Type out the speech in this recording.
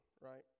right